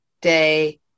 day